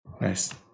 Nice